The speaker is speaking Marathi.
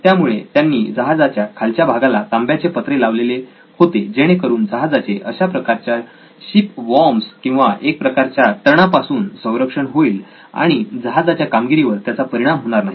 त्यामुळे त्यांनी जहाजाच्या खालच्या भागाला तांब्याचे पत्रे लावलेले होते जेणेकरून जहाजाचे अशा प्रकारच्या शिप वोर्म्स किंवा एक प्रकारच्या तणापासून संरक्षण होईल आणि जहाजाच्या कामगिरीवर परिणाम होणार नाही